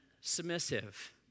submissive